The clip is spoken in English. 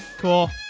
cool